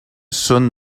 són